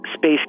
space